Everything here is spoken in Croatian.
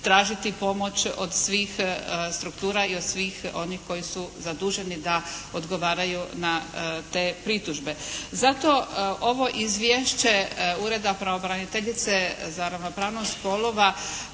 tražiti pomoć od svih struktura i od svih onih koji su zaduženi da odgovaraju na te pritužbe. Zato ovo izvješće Ureda pravobraniteljice za ravnopravnost spolova